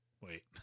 Wait